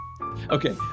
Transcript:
Okay